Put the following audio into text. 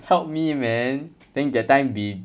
help me man then that time we